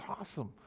awesome